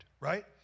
Right